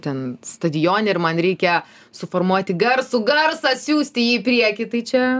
ten stadione ir man reikia suformuoti garsų garsą siųsti jį į priekį tai čia